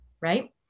right